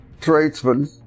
tradesmen